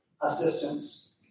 assistance